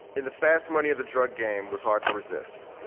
in the fast money of the drug game was hard to resist.